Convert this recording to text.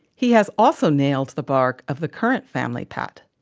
he has also nailed the bark of the current family pet,